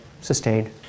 sustained